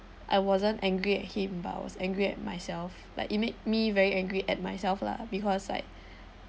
I wasn't angry at him but was angry at myself like it made me very angry at myself lah because like